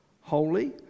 holy